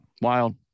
Wild